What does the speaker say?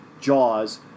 Jaws